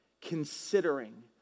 considering